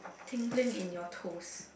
tingling in your toes